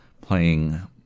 playing